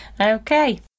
Okay